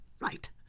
Right